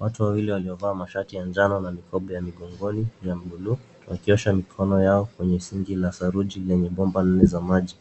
Watu wawili waliovaa mashati njano na mikoba ya mgongoni ya buluu wakiosha mikono yao kwenye sinki la saruji lenye bomba nne za maji.